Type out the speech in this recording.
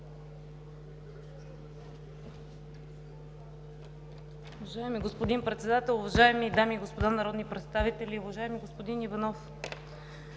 Уважаеми господин Председател, уважаеми дами и господа народни представители! Уважаеми господин Иванов,